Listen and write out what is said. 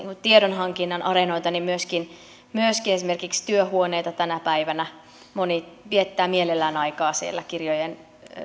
tiedon hankinnan areenoita myöskin myöskin esimerkiksi työhuoneita tänä päivänä moni viettää mielellään aikaa siellä kirjojen